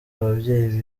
ababyeyi